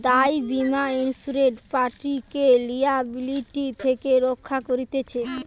দায় বীমা ইন্সুরেড পার্টিকে লিয়াবিলিটি থেকে রক্ষা করতিছে